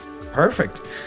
perfect